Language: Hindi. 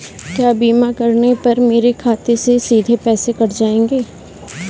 क्या बीमा करने पर मेरे खाते से सीधे पैसे कट जाएंगे?